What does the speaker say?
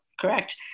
correct